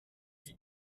die